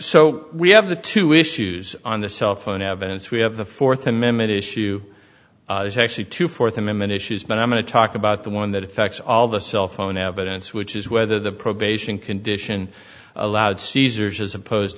so we have the two issues on the cellphone evidence we have the fourth amendment issue is actually two fourth amendment issues but i'm going to talk about the one that effects all the cell phone evidence which is whether the probation condition allowed cesar's as opposed